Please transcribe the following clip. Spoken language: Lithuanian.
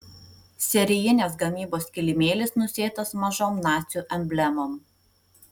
serijinės gamybos kilimėlis nusėtas mažom nacių emblemom